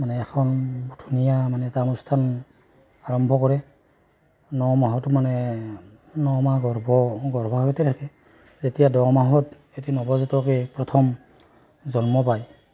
মানে এখন ধুনীয়া মানে এটা অনুষ্ঠান আৰম্ভ কৰে নমাহতো মানে নমাহ গৰ্ভ গৰ্ভাৱতী থাকে যেতিয়া দহমানত এটি নৱজাতকে প্ৰথম জন্ম পায়